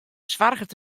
soarget